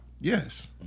Yes